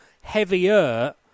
heavier